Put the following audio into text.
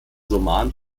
roman